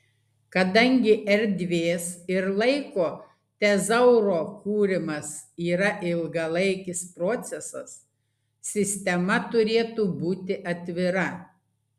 kadangi erdvės ir laiko tezauro kūrimas yra ilgalaikis procesas sistema turėtų būti atvira